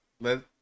let